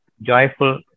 joyful